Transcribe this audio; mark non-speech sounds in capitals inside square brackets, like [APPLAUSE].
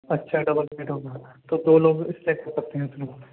اچھا double bed ہوگا تو دو لوگ اِس پہ سو سکتے ہیں [UNINTELLIGIBLE]